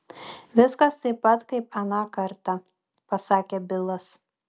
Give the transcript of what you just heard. viskas taip pat kaip aną kartą pasakė bilas